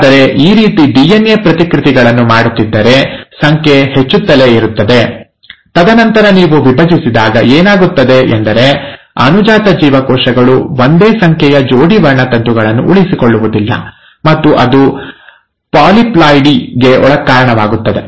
ಆದರೆ ಈ ರೀತಿ ಡಿಎನ್ಎ ಪ್ರತಿಕೃತಿಗಳನ್ನು ಮಾಡುತ್ತಿದ್ದರೆ ಸಂಖ್ಯೆ ಹೆಚ್ಚುತ್ತಲೇ ಇರುತ್ತದೆ ತದನಂತರ ನೀವು ವಿಭಜಿಸಿದಾಗ ಏನಾಗುತ್ತದೆ ಎಂದರೆ ಅನುಜಾತ ಜೀವಕೋಶಗಳು ಒಂದೇ ಸಂಖ್ಯೆಯ ಜೋಡಿ ವರ್ಣತಂತುಗಳನ್ನು ಉಳಿಸಿಕೊಳ್ಳುವುದಿಲ್ಲ ಮತ್ತು ಅದು ಪಾಲಿಪ್ಲಾಯ್ಡಿ ಗೆ ಕಾರಣವಾಗುತ್ತದೆ